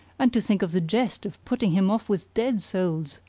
and to think of the jest of putting him off with dead souls!